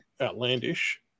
outlandish